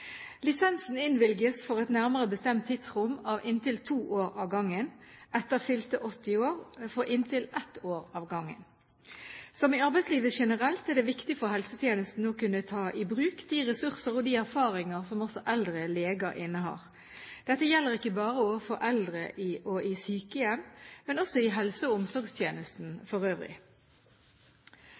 Lisensen innvilges for et nærmere bestemt tidsrom på inntil to år av gangen, og etter fylte 80 år for inntil et år av gangen. Som i arbeidslivet generelt, er det viktig for helsetjenesten å kunne ta i bruk de ressursene og de erfaringer som eldre leger innehar. Dette gjelder ikke bare overfor eldre og i sykehjem, men også i helse- og omsorgstjenesten for øvrig.